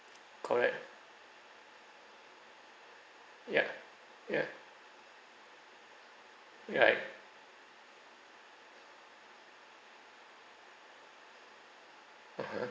correct ya ya right (uh huh)